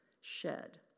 shed